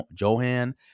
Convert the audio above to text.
Johan